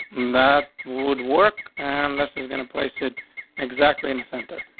that would work and unless it's gonna place it exactly in the center.